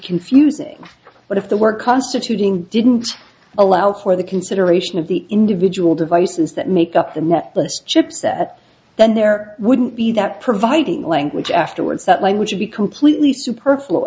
confusing but if the word constituting didn't allow for the consideration of the individual devices that make up the more chips that then there wouldn't be that providing language afterwards that language would be completely superfluous